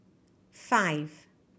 five